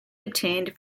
obtained